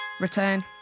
Return